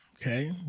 okay